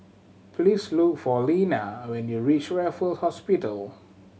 please look for Linna when you reach Raffle Hospital